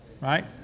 right